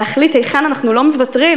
להחליט היכן אנחנו לא מוותרים,